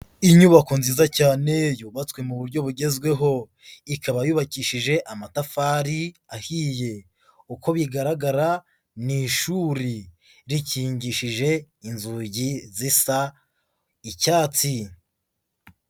Inyubako nziza cyane yubatswe mu buryo bugezweho, ikaba yubakishije amatafari ahiye, uko bigaragara ni ishuri, rikingishije inzugi zisa icyatsi.